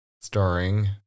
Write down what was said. Starring